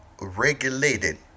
regulated